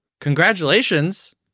congratulations